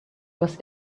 was